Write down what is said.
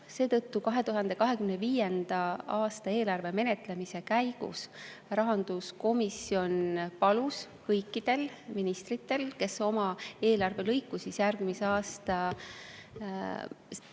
Seetõttu palus 2025. aasta eelarve menetlemise käigus rahanduskomisjon kõikidel ministritel, kes oma eelarvelõiku järgmise aasta